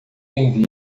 tem